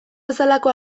bezalako